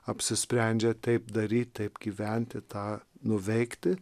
apsisprendžia taip daryt taip gyventi tą nuveikti